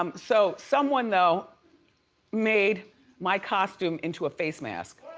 um so someone though made my costume into a face mask,